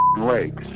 legs